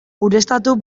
ureztatu